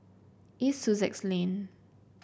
East Sussex Lane